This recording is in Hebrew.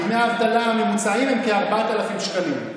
כי דמי האבטלה הממוצעים הם כ-4,000 שקלים,